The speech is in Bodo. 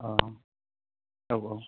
आह औ औ